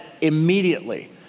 immediately